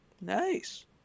Nice